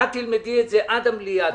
את תלמדי את זה עד למליאה.